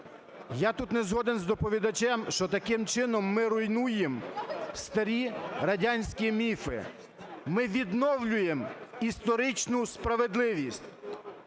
Я тут не згоден з доповідачем, що таким чином ми руйнуємо старі радянські міфи. Ми відновлюємо історичну справедливість,